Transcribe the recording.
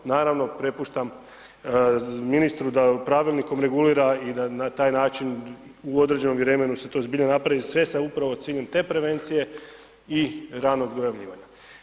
Naravno prepuštam ministru, da pravilnikom regulira i da na taj način u određenom vremenu se to zbilja napravi, sve sa upravo ciljem te prevencije i ranog dojavljivanja.